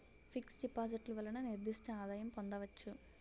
fix డిపాజిట్లు వలన నిర్దిష్ట ఆదాయం పొందవచ్చు